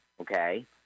okay